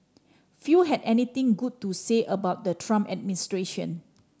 few had anything good to say about the Trump administration